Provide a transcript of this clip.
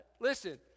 listen